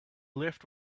left